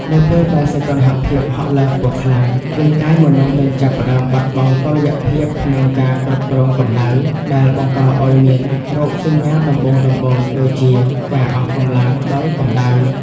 នៅពេលដែលសីតុណ្ហភាពហក់ឡើងខ្ពស់ខ្លាំង រាងកាយមនុស្សនឹងចាប់ផ្តើមបាត់បង់តុល្យភាពក្នុងការគ្រប់គ្រងកម្ដៅ ដែលបង្កឱ្យមានរោគសញ្ញាដំបូងៗដូចជា ការអស់កម្លាំងដោយកម្ដៅ។